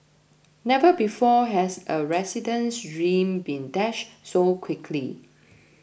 never before has a resident's dream been dashed so quickly